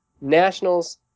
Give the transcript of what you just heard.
Nationals